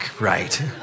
right